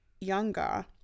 younger